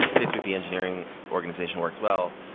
facebook the engineering organization works well,